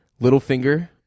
Littlefinger